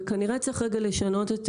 כנראה צריך רגע לשנות את